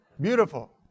Beautiful